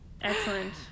Excellent